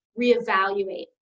reevaluate